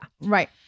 Right